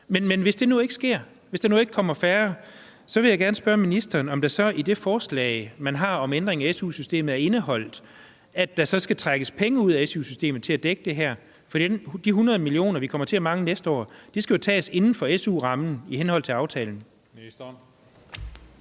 men hvis det nu ikke sker, hvis der ikke kommer færre, så vil jeg gerne spørge ministeren, om der så i det forslag, man har om ændring af SU-systemet, er indeholdt, at der skal trækkes penge ud af SU-systemet til at dække det her. For de 100 mio. kr., vi kommer til at mangle næste år, skal jo tages inden for SU-rammen i henhold til aftalen.